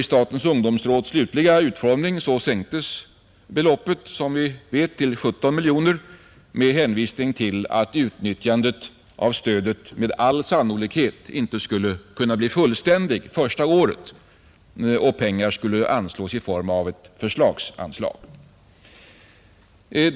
I statens ungdomsråds slutliga utformning sänktes beloppet som bekant till 17 miljoner kronor med hänsyn till att utnyttjandet av stödet med all sannolikhet inte skulle kunna bli fullständigt det första året, och pengarna skulle anslås i form av ett förslagsanslag.